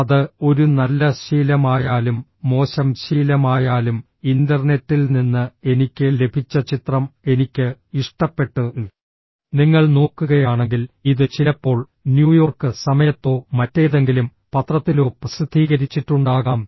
അത് ഒരു നല്ല ശീലമായാലും മോശം ശീലമായാലും ഇന്റർനെറ്റിൽ നിന്ന് എനിക്ക് ലഭിച്ച ചിത്രം എനിക്ക് ഇഷ്ടപ്പെട്ടു നിങ്ങൾ നോക്കുകയാണെങ്കിൽ ഇത് ചിലപ്പോൾ ന്യൂയോർക്ക് സമയത്തോ മറ്റേതെങ്കിലും പത്രത്തിലോ പ്രസിദ്ധീകരിച്ചിട്ടുണ്ടാകാം